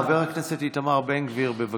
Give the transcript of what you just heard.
חבר הכנסת איתמר בן גביר, בבקשה.